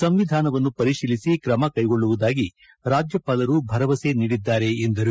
ಸಂವಿಧಾನವನ್ನು ಪರಿಶೀಲಿಸಿ ಕ್ರಮ ಕೈಗೊಳ್ಳುವುದಾಗಿ ರಾಜ್ಯಪಾಲರು ಭರವಸೆ ನೀಡಿದ್ದಾರೆ ಎಂದರು